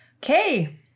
Okay